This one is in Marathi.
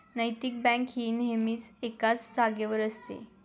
नैतिक बँक ही नेहमीच एकाच जागेवर असते